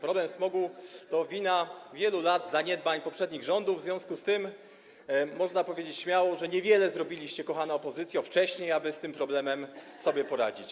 Problem smogu to wina wielu lat zaniedbań poprzednich rządów, w związku z tym można powiedzieć śmiało, że niewiele zrobiliście, kochana opozycjo, wcześniej, aby z tym problemem sobie poradzić.